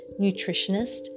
nutritionist